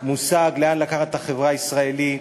מושג לאן לקחת את החברה הישראלית,